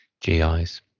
GIs